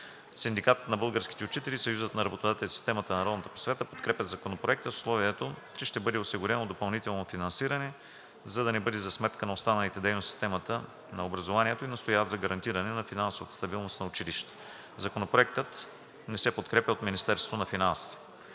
Синдикатът на българските учители и Съюзът на работодателите в системата на народната просвета подкрепят Законопроекта с условието, че ще бъде осигурено допълнително финансиране, за да не бъде за сметка на останалите дейности в системата на предучилищното и училищното образование, и настояват за гарантиране на финансовата стабилност на училищата. Законопроектът не се подкрепя от Министерството на финансите.